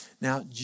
Now